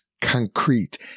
concrete